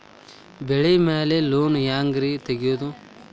ಬೆಳಿ ಮ್ಯಾಲೆ ಲೋನ್ ಹ್ಯಾಂಗ್ ರಿ ತೆಗಿಯೋದ?